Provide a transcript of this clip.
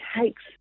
takes